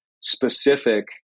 specific